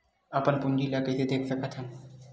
अपन पूंजी ला कइसे देख सकत हन?